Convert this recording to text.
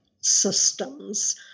systems